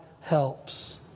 helps